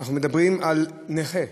אנחנו מדברים על נכה,